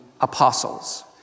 apostles